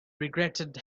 regretted